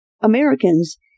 Americans